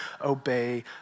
obey